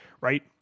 right